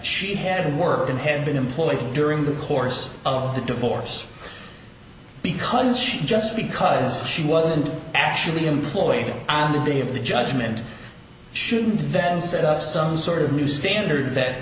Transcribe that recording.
she had worked and had been employed during the course of the divorce because she just because she wasn't actually employed on the day of the judgment shouldn't that set up some sort of new standard that